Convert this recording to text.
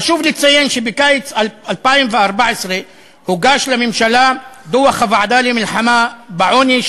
חשוב לציין שבקיץ 2014 הוגש לממשלה דוח הוועדה למלחמה בעוני.